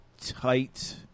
tight